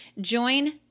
join